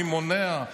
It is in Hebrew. מי מונע?